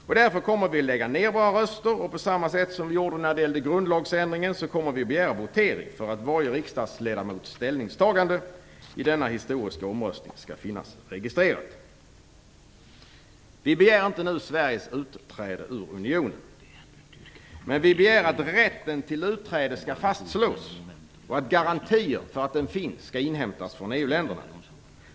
Vi kommer därför att lägga ner våra röster. På samma sätt som vi gjorde vid omröstningen om grundlagsändringen kommer vi att begära votering, så att varje riksdagsledamots ställningsstagande i denna historiska omröstning skall finnas registrerad. Vi begär inte nu Sveriges utträde ur unionen. Men vi begär att rätten till utträde skall fastslås och att garantier för att den finns skall inhämtas av EU länderna.